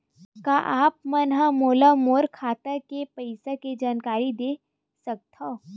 का आप मन ह मोला मोर खाता के पईसा के जानकारी दे सकथव?